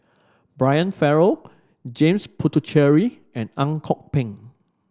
Brian Farrell James Puthucheary and Ang Kok Peng